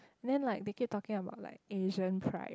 then like they keep talking about like Asian pride